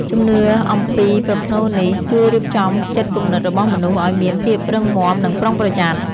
ជំនឿអំពីប្រផ្នូលនេះជួយរៀបចំចិត្តគំនិតរបស់មនុស្សឲ្យមានភាពរឹងមាំនិងប្រុងប្រយ័ត្ន។